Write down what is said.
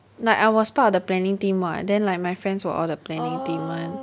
like I was part of the planning team [what] then like my friends were all the planning team [one]